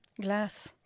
glass